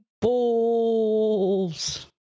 balls